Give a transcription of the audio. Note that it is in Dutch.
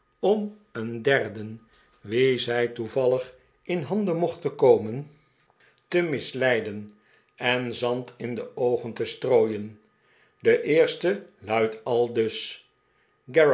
om een derden wien zij toevallig in handen mochten kode pickwick club men te misleiden en zand in de oogen te strooien de eerste luidt aldus